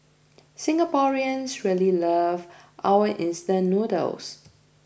Singaporeans really love our instant noodles